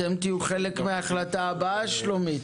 אתם תהיו חלק מההחלטה הבאה, שולמית?